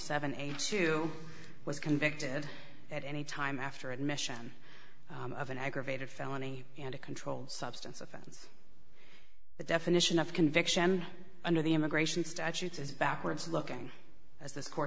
seven eighty two was convicted at any time after admission of an aggravated felony and a controlled substance offense the definition of conviction under the immigration statutes is backwards looking as this court